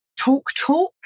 TalkTalk